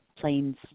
planes